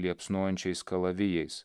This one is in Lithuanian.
liepsnojančiais kalavijais